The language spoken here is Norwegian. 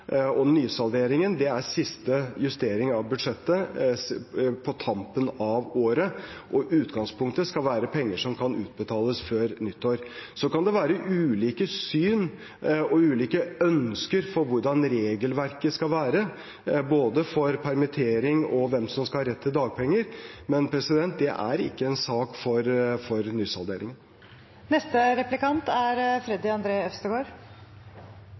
er siste justering av budsjettet på tampen av året, og utgangspunktet skal være penger som kan utbetales før nyttår. Så kan det være ulike syn og ulike ønsker for hvordan regelverket skal være, både for permittering og for hvem som skal ha rett til dagpenger, men det er ikke en sak for